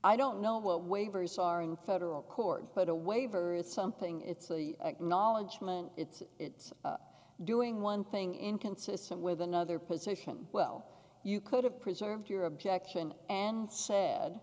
i don't know what waivers are in federal court but a waiver is something it's knowledge from an it's doing one thing inconsistent with another position well you could have preserved your objection and sad